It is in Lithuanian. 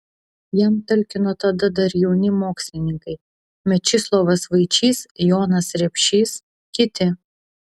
jam talkino tada dar jauni mokslininkai mečislovas vaičys jonas repšys kiti